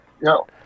No